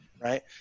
right